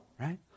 right